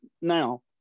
now